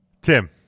Tim